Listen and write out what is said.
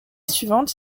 suivante